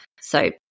So-